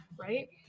right